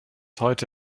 heute